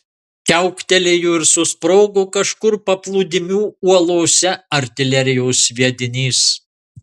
kiauktelėjo ir susprogo kažkur paplūdimių uolose artilerijos sviedinys